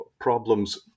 problems